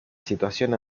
situación